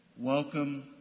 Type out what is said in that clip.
Welcome